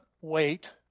wait